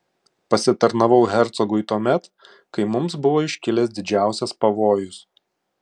pasitarnavau hercogui tuomet kai mums buvo iškilęs didžiausias pavojus